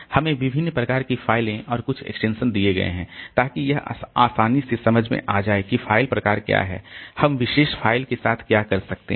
हमें विभिन्न प्रकार की फाइलें और कुछ एक्सटेंशन दिए गए हैं ताकि यह आसानी से समझ में आ जाए कि फाइल का प्रकार क्या है और हम विशेष फाइल के साथ क्या कर सकते हैं